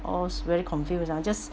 I was very confuse ah just